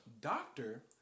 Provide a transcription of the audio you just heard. doctor